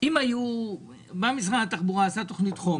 תביאו את התקנות.